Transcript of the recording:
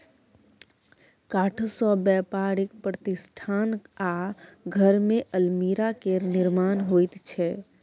काठसँ बेपारिक प्रतिष्ठान आ घरमे अलमीरा केर निर्माण होइत छै